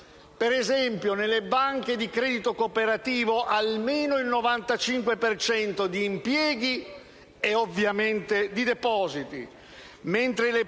(per esempio, nelle banche di credito cooperativo, almeno il 95 per cento di impieghi, e ovviamente di depositi), mentre le